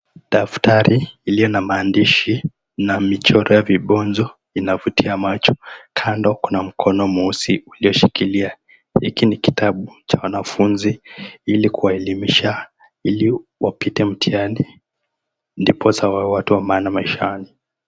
Daftari ilio na mandishi na michoro ya vibonzo inavutia macho. Kando, kuna mkono mweusi ulio shikilia, hiki ni kitabu cha wanafunzi, ili kuwaelimisha ili wapite mtiani, ndiposa wawe watu wa maana maishani.